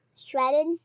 Shredded